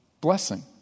blessing